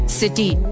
city